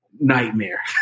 nightmare